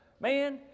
Man